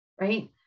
right